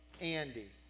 Andy